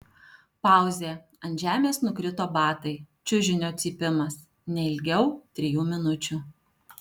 pauzė ant žemės nukrito batai čiužinio cypimas ne ilgiau trijų minučių